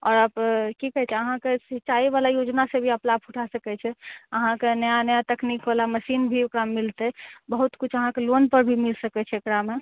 आओर आप की कहै छै अहाँके सिँचाइ बला योजना से भी आप लाभ उठा सकैत छै अहाँके नया नया तकनीक बला मशीन भी ओकरामे मिलतै बहुत किछु अहाँके लोन पर भी मिल सकैत छै ओकरामे